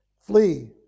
Flee